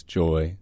joy